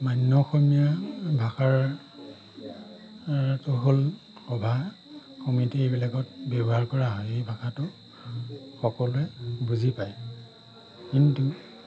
মান্য অসমীয়া ভাষাৰ টো হ'ল সভা সমিতি এইবিলাকত ব্যৱহাৰ কৰা হয় এই ভাষাটো সকলোৱে বুজি পায় কিন্তু